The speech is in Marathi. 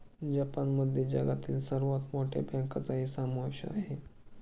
जपानमध्ये जगातील सर्वात मोठ्या बँकांचाही समावेश आहे